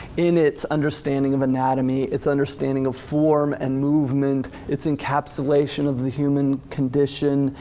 in its understanding of anatomy, its understanding of form and movement, it's encapsulation of the human condition,